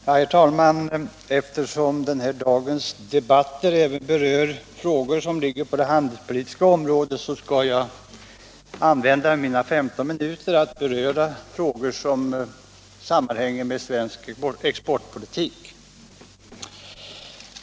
Herr talman! Eftersom den här debatten också spänner över det handelspolitiska området skall jag använda mina 15 minuter till att beröra frågor som sammanhänger med svensk exportpolitik.